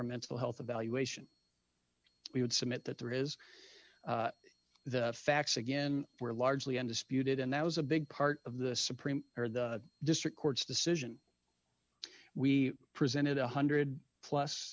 mental health evaluation we would submit that there is the facts again were largely undisputed and that was a big part of the supreme or the district court's decision we presented a one hundred